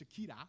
Shakira